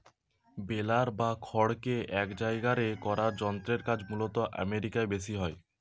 বেলার বা খড়কে এক জায়গারে করার যন্ত্রের কাজ মূলতঃ আমেরিকায় বেশি হয়